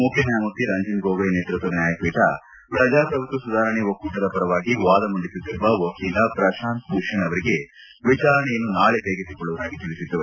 ಮುಖ್ಯ ನ್ಕಾಯಮೂರ್ತಿ ರಂಜನ್ ಗೊಗೋಯ್ ನೇತೃತ್ವದ ನ್ಕಾಯಪೀಠ ಪ್ರಜಾಪ್ರಭುತ್ವ ಸುಧಾರಣಾ ಒಕ್ಕೂಟದ ಪರವಾಗಿ ವಾದ ಮಂಡಿಸುತ್ತಿರುವ ವಕೀಲ ಪ್ರಶಾಂತ್ ಭೂಷಣ್ ಅವರಿಗೆ ವಿಚಾರಣೆಯನ್ನು ನಾಳೆ ಕೈಗೆತ್ತಿಕೊಳ್ಳುವುದಾಗಿ ತಿಳಿಸಿತು